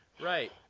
right